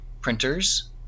printers